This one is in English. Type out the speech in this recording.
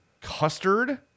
custard